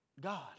God